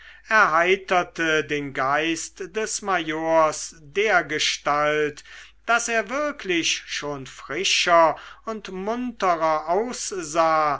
erheiterte den geist des majors dergestalt daß er wirklich schon frischer und munterer aussah